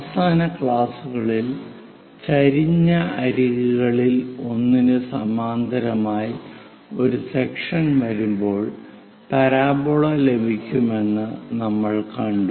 അവസാന ക്ലാസുകളിൽ ചരിഞ്ഞ അരികുകളിൽ ഒന്നിന് സമാന്തരമായി ഒരു സെക്ഷൻ വരുമ്പോൾ പരാബോള ലഭിക്കുമെന്ന് നമ്മൾകണ്ടു